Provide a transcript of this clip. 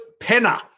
Penner